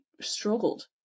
struggled